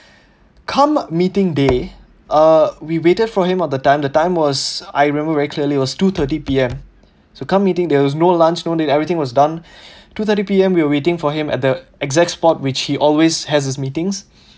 come meeting day uh we waited for him all the time the time was I remember very clearly it was two thirty P_M so come meeting there was no lunch no need everything was done two thirty P_M we were waiting for him at the exact spot which he always has his meetings